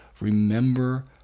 remember